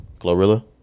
Glorilla